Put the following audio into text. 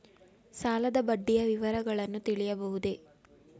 ಸಾಲದ ಬಡ್ಡಿಯ ವಿವರಗಳನ್ನು ತಿಳಿಯಬಹುದೇ?